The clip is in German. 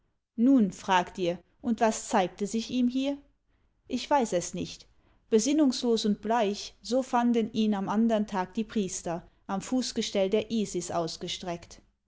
nun fragt ihr und was zeigte sich ihm hier ich weiß es nicht besinnungslos und bleich so fanden ihn am andern tag die priester am fußgestell der isis ausgestreckt